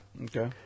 okay